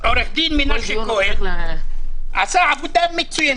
עו"ד מנשה כהן עשה עבודה מצוינת.